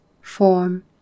form